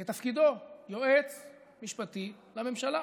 כתפקידו: יועץ משפטי לממשלה.